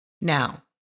Now